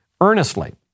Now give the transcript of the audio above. earnestly